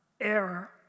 error